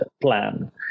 plan